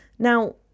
Now